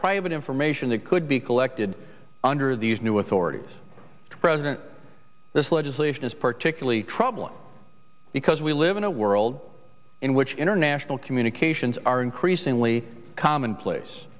private information that could be collected under these new authorities president this legislation is particularly troubling because we live in a world in which international communications are increasingly commonplace